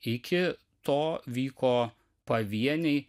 iki to vyko pavieniai